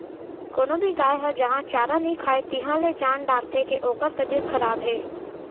कोनो भी गाय ह जहॉं चारा नइ खाए तिहॉं ले जान डारथें के ओकर तबियत खराब हे